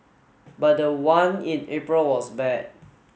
but the one in April was bad